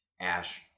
Ash